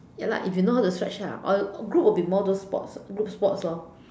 ya lah if you know how to stretch ah or group would be more those sports group sports lor